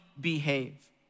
Behave